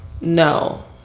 no